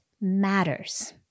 matters